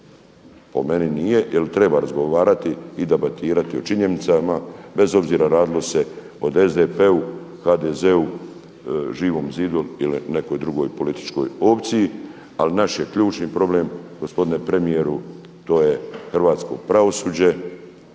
Po meni nije, jer treba razgovarati i debatirati o činjenicama bez obzira radilo se o SDP-u, HDZ-u, Živom zidu ili nekoj drugoj političkoj opciji. Ali naš je ključni problem gospodine premijeru, to je hrvatsko pravosuđe,